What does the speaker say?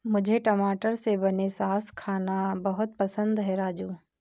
मुझे टमाटर से बने सॉस खाना बहुत पसंद है राजू